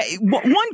one